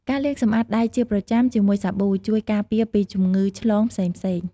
ការលាងសម្អាតដៃជាប្រចាំជាមួយសាប៊ូ ជួយការពារពីជំងឺឆ្លងផ្សេងៗ។